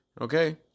Okay